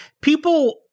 People